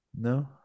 No